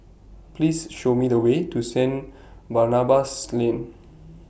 Please Show Me The Way to Saint Barnabas Lane